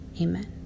Amen